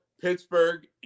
Pittsburgh